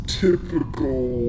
typical